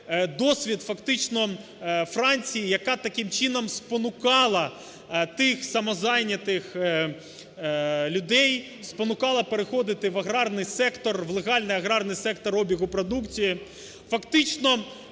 досвід фактично Франції, яка таким чином спонукала тих самозайнятих людей, спонукала переходити в аграрний сектор, в легальний аграрний сектор обігу продукції.